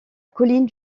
colline